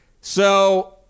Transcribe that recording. So-